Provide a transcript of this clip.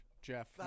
Jeff